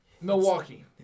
Milwaukee